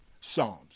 Psalms